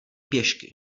pěšky